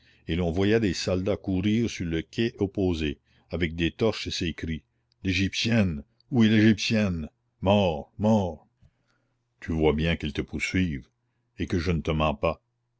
et l'on voyait des soldats courir sur le quai opposé avec des torches et ces cris l'égyptienne où est l'égyptienne mort mort tu vois bien qu'ils te poursuivent et que je ne te mens pas